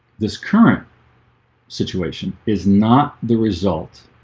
this current situation is not the result